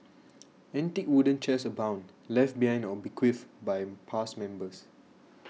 antique wooden chairs abound left behind or bequeathed by past members